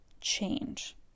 change